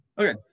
Okay